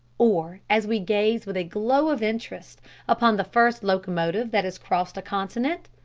or as we gaze with a glow of interest upon the first locomotive that has crossed a continent,